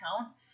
account